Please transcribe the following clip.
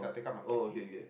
oh okay okay